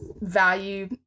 value